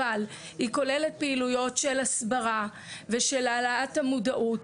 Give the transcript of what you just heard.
אבל היא כוללת פעילויות של הסברה ושל העלאת המודעות,